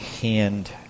hand